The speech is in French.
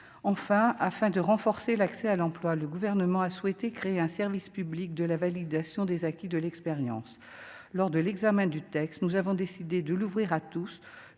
enfin, afin de renforcer l'accès à l'emploi, le gouvernement a souhaité créer un service public de la validation des acquis de l'expérience lors de l'examen du texte, nous avons décidé de l'ouvrir à tous